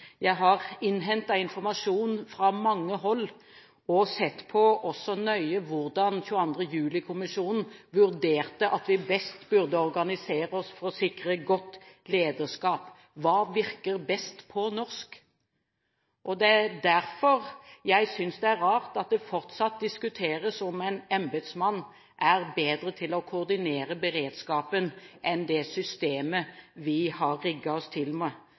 Jeg har innhentet informasjon fra mange hold og også sett nøye på hvordan 22. juli-kommisjonen vurderte at vi best burde organisere oss for å sikre godt lederskap. Hva virker best på norsk? Det er derfor jeg synes det er rart at det fortsatt diskuteres om en embetsmann er bedre til å koordinere beredskapen enn det systemet vi har rigget oss til med.